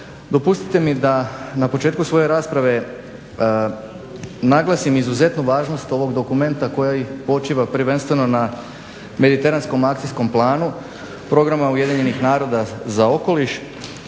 Dopustite mi da na početku svoje rasprave naglasim izuzetnu važnost ovog dokumenta koji počiva prvenstveno na mediteranskom akcijskom planu programa Ujedinjenih naroda za okoliš